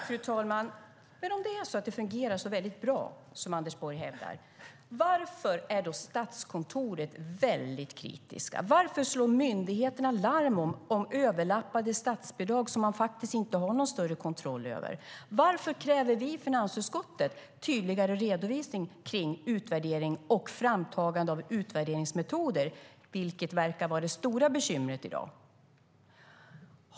Fru talman! Om det fungerar så väldigt bra som finansministern hävdar, varför är då Statskontoret väldigt kritiskt? Varför slår myndigheterna larm om överlappande statsbidrag som man inte har någon större kontroll över? Varför kräver vi i finansutskottet tydligare redovisning av utvärdering och framtagande av utvärderingsmetoder, vilket verkar vara det stora bekymret i dag?